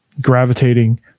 Gravitating